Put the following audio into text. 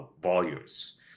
volumes